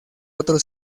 otro